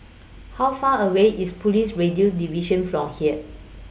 How Far away IS Police Radio Division from here